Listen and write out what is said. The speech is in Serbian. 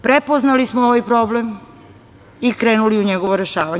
Prepoznali smo ovaj problem i krenuli u njegovo rešavanje.